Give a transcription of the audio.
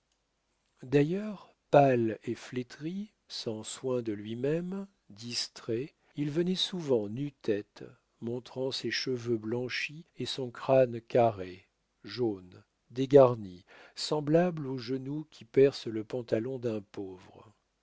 d'ailleurs pâle et flétri sans soins de lui-même distrait il venait souvent nu-tête montrant ses cheveux blanchis et son crâne carré jaune dégarni semblable au genou qui perce le pantalon d'un pauvre